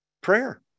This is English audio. prayer